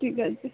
ঠিক আছে